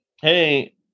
hey